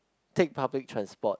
take public transport